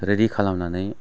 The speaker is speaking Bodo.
रेडि खालामनानै